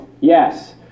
Yes